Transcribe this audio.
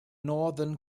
northern